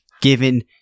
given